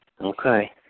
Okay